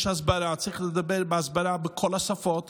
יש הסברה, צריך לעשות הסברה בכל השפות